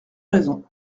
raisons